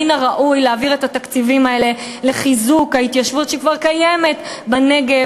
מן הראוי להעביר את התקציבים האלה לחיזוק ההתיישבות שכבר קיימת בנגב,